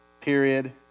period